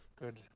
Good